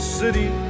city